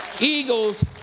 Eagles